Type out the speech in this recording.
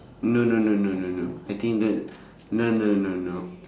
no no no no no no I think that no no no no